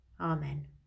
Amen